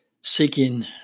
seeking